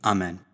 Amen